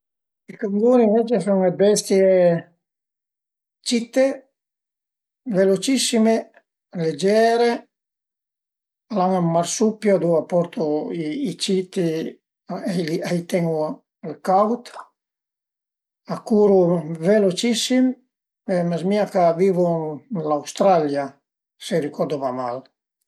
I canguri ënvecce a sun dë bestie citte, velucissime, legere, al an ën marsupio ëndue a portu i citi e a i tenu al caud, a curu velucissim, pöi a m'ezmìa ch'a vivu ën l'Australia, se ricordu pa mal